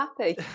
happy